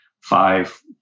five